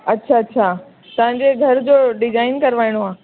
अच्छा अच्छा तव्हांजे घर जो डिजाइन करवाइणो आहे